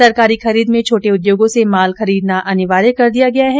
सरकारी खरीद में छोटे उद्योगों से माल खरीदना अनिवार्य कर दिया गया है